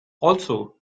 also